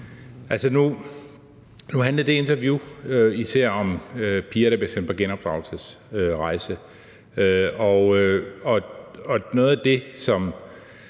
nu handlede det interview især om piger, der bliver sendt på genopdragelsesrejse,